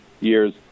years